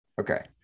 Okay